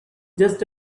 just